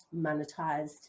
monetized